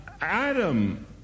Adam